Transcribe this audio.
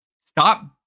Stop